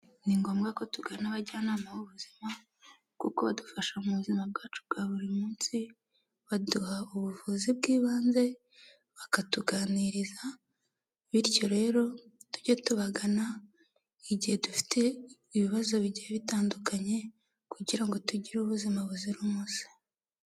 Ni ngombwa ko tugana abajyanama b'ubuzima kuko badufasha mu buzima bwacu bwa buri munsi, baduha ubuvuzi bw'ibanze bakatuganiriza, bityo rero tujye tubagana igihe dufite ibibazo bigiye bitandukanye kugira ngo tugire ubuzima buzira umuze.